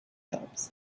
jobs